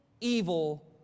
evil